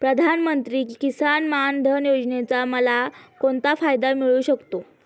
प्रधानमंत्री किसान मान धन योजनेचा मला कोणता फायदा मिळू शकतो?